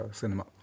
cinema